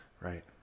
Right